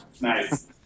Nice